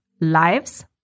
lives